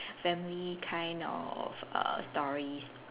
family kind of err stories